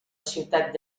ciutat